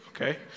Okay